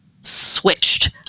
switched